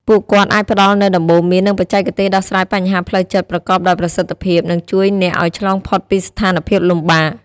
ពួកគាត់អាចផ្ដល់នូវដំបូន្មាន និងបច្ចេកទេសដោះស្រាយបញ្ហាផ្លូវចិត្តប្រកបដោយប្រសិទ្ធភាព និងជួយអ្នកឱ្យឆ្លងផុតពីស្ថានភាពលំបាក។